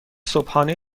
صبحانه